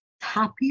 happy